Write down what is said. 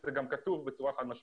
וזה גם כתוב בצורה חד-משמעית.